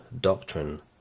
doctrine